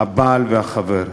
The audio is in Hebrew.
הבעל והחבר.